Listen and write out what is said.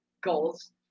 goals